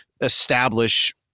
establish